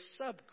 subgroup